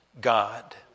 God